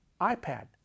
iPad